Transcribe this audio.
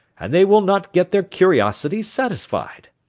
and they will not get their curiosity satisfied.